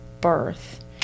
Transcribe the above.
birth